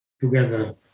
together